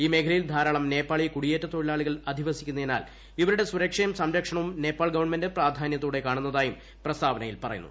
ഈ മേഖലയിൽ ധാരാളം നേപ്പാളി കുടിയേറ്റ തൊഴിലാളികൾ അധിവസിക്കുന്നതിനാൽ ഇവരുടെ സുരക്ഷയും സംരക്ഷണവും നേപ്പാൾ ഗവൺമെന്റ് പ്രാധാന്യത്തോടെ കാണുന്നതായും പ്രസ്താവനയിൽ പറയുന്നു